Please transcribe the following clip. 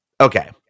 Okay